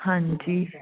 ਹਾਂਜੀ